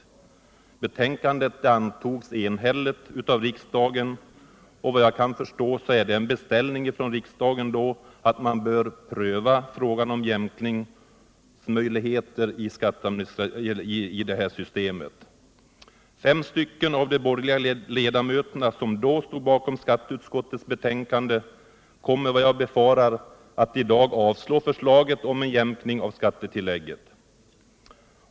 Förslaget på denna punkt antogs enhälligt av riksdagen, och vad jag kan förstå innebär det en beställning från riksdagen om att man bör pröva frågan om jämkningsmöjligheter. Fem av de borgerliga ledamöter som då stod bakom skatteutskottets betänkande kommer, vad jag befarar, att i dag avslå förslaget om en jämkning av skattetillägget.